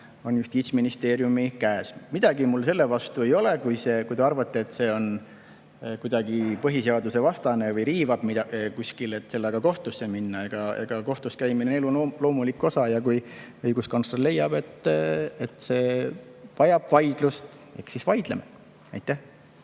on Justiitsministeeriumi käes. Midagi mul selle vastu ei ole, et kui te arvate, et see on kuidagi põhiseadusvastane või riivab seda, siis sellega kohtusse minna. Kohtuskäimine on elu loomulik osa ja kui õiguskantsler leiab, et see vajab vaidlust, eks siis vaidleme. Aitäh!